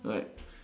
right